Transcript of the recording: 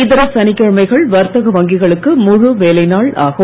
இதர சனிக்கிழமைகள் வர்த்தக வங்கிகளுக்கு முழு வேலைநாள் ஆகும்